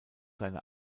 seine